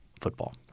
football